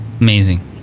Amazing